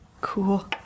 cool